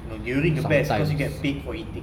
no during the best because you get paid for eating